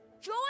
Joy